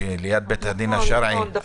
ליד בית הדין השרעי.